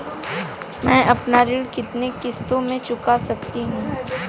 मैं अपना ऋण कितनी किश्तों में चुका सकती हूँ?